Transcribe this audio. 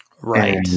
Right